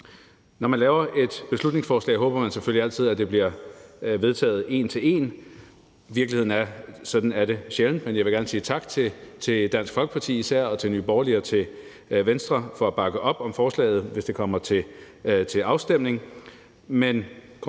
Når man laver et beslutningsforslag, håber man selvfølgelig altid, at det bliver vedtaget en til en. Virkeligheden er, at sådan er det sjældent. Men jeg vil gerne sige tak til især Dansk Folkeparti og til Nye Borgerlige og til Venstre for at bakke op om forslaget, hvis det kommer til afstemning.